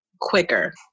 quicker